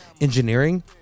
engineering